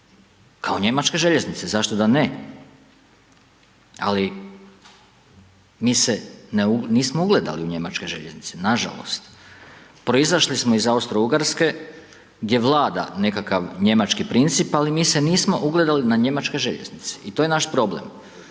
kao njemačke željeznice, zašto da ne? Ali, mi se nismo ugledali na njemačke željeznice, nažalost. Proizašli smo iz Austro-Ugarske gdje vlada nekakav njemački princip, ali mi se nismo ugledali na njemačke željeznice i to je naš problem.